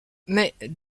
mais